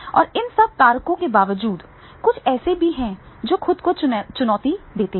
और इन सभी कारकों के बावजूद कुछ ऐसे भी हैं जो खुद को चुनौती देते हैं